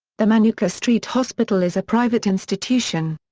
the manuka street hospital is a private institution.